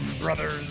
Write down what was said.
brothers